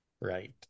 right